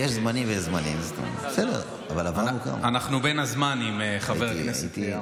אנחנו בין הזמנים, חבר הכנסת עמאר.